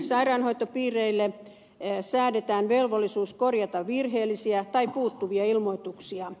sairaanhoitopiireille säädetään velvollisuus korjata virheellisiä tai puuttuvia ilmoituksia